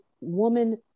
woman